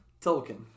Tolkien